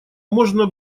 можно